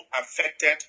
affected